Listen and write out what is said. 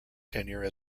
tenure